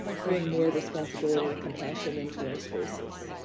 bring more responsibility and compassion into our spaces.